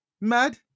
mad